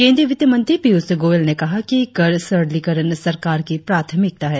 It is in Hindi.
केंद्रीय वित्त मंत्री पियुष गोयल ने कहा कि कर सरलीकरण सरकार की प्राथमिकता है